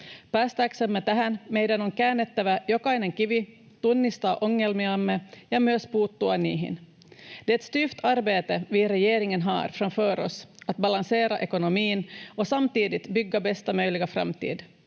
Päästäksemme tähän meidän on käännettävä jokainen kivi tunnistaaksemme ongelmiamme ja myös puuttuaksemme niihin. Det är ett styvt arbete vi i regeringen har framför oss: att balansera ekonomin och samtidigt bygga bästa möjliga framtid.